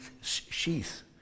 sheath